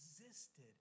existed